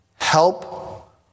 help